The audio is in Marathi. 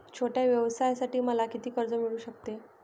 छोट्या व्यवसायासाठी मला किती कर्ज मिळू शकते?